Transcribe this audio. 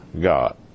God